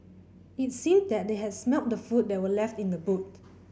it seemed that they had smelt the food that were left in the boot